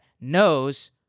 knows